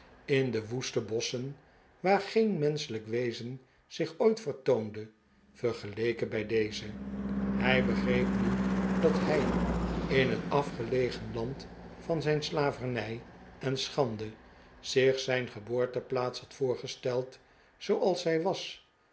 in de woeste bosschen waar geen menschelijk wezen zich ooit vertoonde vergeleken bij deze hij begreep nu dat hij in het afgelegen land van zijn slavernij en schande zich zijn geboorteplaats had voorgesteld zooals zij was